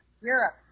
Europe